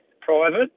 private